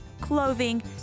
clothing